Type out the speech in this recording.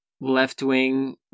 left-wing